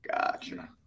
Gotcha